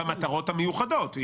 במטרות המיוחדות.